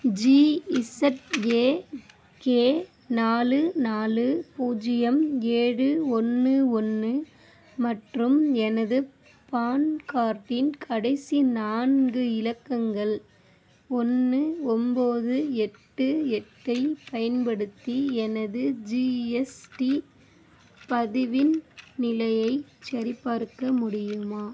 G Z A K நாலு நாலு பூஜ்ஜியம் ஏழு ஒன்று ஒன்று மற்றும் எனது பான் கார்டின் கடைசி நான்கு இலக்கங்கள் ஒன்று ஒம்போது எட்டு எட்டு ஐப் பயன்படுத்தி எனது ஜிஎஸ்டி பதிவின் நிலையைச் சரிபார்க்க முடியுமா